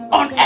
on